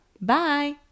Bye